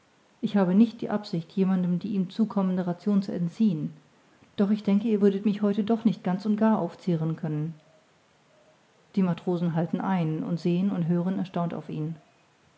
ich habe nicht die absicht jemandem die ihm zukommende ration zu entziehen doch ich denke ihr würdet mich heute doch nicht ganz und gar aufzehren können die matrosen halten ein und sehen und hören erstaunt auf ihn